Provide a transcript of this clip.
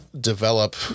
develop